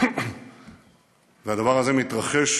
והדבר הזה מתרחש